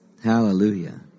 Hallelujah